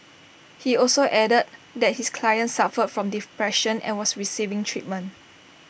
he also added that his client suffered from depression and was receiving treatment